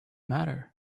matter